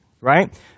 right